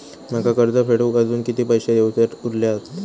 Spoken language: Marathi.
माका कर्ज फेडूक आजुन किती पैशे देऊचे उरले हत?